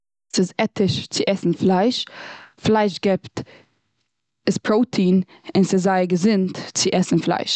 ס'איז עטיש צו עסן פלייש. פלייש גיבט פראטין און ס'איז זייער געזונט, צו עסן פלייש.